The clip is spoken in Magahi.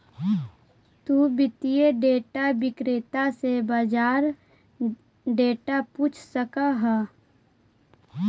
तु वित्तीय डेटा विक्रेता से बाजार डेटा पूछ सकऽ हऽ